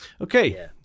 Okay